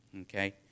Okay